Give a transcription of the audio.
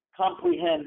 comprehend